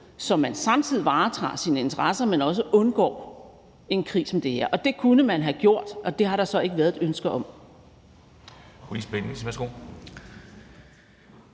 at man samtidig varetager sine interesser, men også undgår en krig som den her. Og det kunne man have gjort, og det har der så ikke været et ønske om.